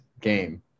game